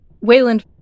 Wayland